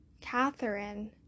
Catherine